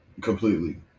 Completely